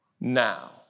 now